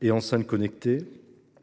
et de nos enceintes connectées,